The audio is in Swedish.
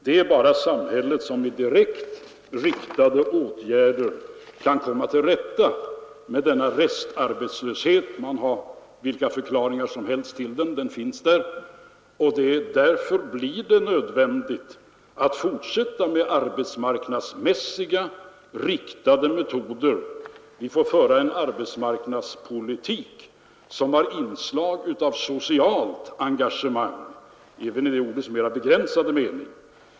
Det är bara samhället som med direkt riktade åtgärder kan komma till rätta med denna restarbetslöshet — man kan ha vilka förklaringar som helst till den, men den finns där — och därför blir det nödvändigt att fortsätta med arbetsmarknadsmässiga, riktade metoder. Vi får föra en arbetsmarknadspolitik som har inslag av socialt engagemang även i ordets mer begränsade mening.